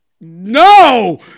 No